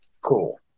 Cool